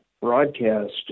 broadcast